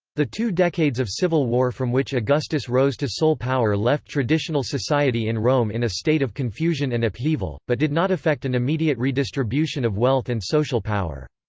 the two decades of civil war from which augustus rose to sole power left traditional society in rome in a state of confusion and upheaval, but did not effect an immediate redistribution of wealth and social power.